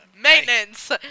maintenance